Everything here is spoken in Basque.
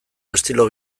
estilo